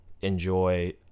enjoy